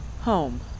home